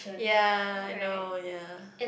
ya know ya